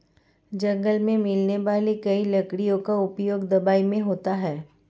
जंगल मे मिलने वाली कई लकड़ियों का उपयोग दवाई मे होता है